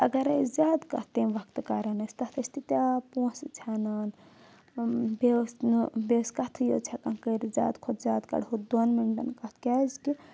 اگر أسۍ زیادٕ کَتھ تمہِ وقتہٕ کَرَان ٲسۍ تَتھ ٲسۍ تِیٖتیاہ پونٛسہٕ ژھیٚنَان بیٚیہِ ٲس نہٕ بیٚیہِ ٲسۍ کَتھٕے یٕژ ہؠکان کٔرِتھ زیادٕ کھۄتہٕ زیادٕ کَڑہو دۄن مِنٹَن کَتھ کیازکہِ